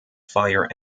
fire